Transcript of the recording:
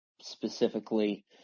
specifically